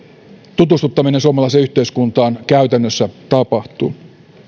tutustuttaminen suomalaiseen yhteiskuntaan käytännössä tapahtuu